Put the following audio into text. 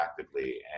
actively